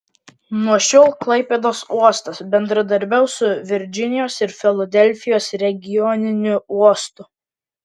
nuo šiol klaipėdos uostas bendradarbiaus su virdžinijos ir filadelfijos regioniniu uostu